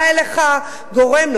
בא אליך גורם,